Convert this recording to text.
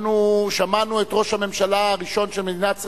שמענו את ראש הממשלה הראשון של מדינת ישראל,